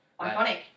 Iconic